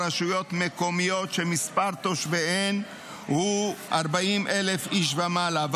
רשויות מקומיות שמספר תושביהן הוא 40,000 איש ומעלה.